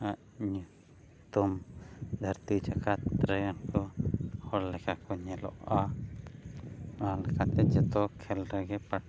ᱟᱨ ᱧᱩᱛᱩᱢ ᱫᱷᱟᱹᱨᱛᱤ ᱡᱟᱠᱟᱛ ᱨᱮᱠᱚ ᱦᱚᱲ ᱞᱮᱠᱟ ᱠᱚ ᱧᱮᱞᱚᱜᱼᱟ ᱚᱱᱟ ᱞᱮᱠᱟᱛᱮ ᱡᱚᱛᱚ ᱠᱷᱮᱞ ᱨᱮᱜᱮ